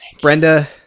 Brenda